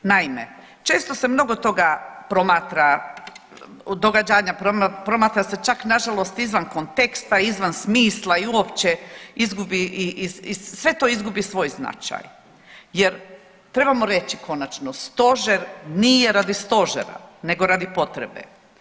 Naime, često se mnogo toga promatra, događanja promatra se čak nažalost izvan konteksta i izvan smisla i uopće izgubi i sve to izgubi svoj značaj jer trebamo reći konačno stožer nije radi stožera nego radi potrebe.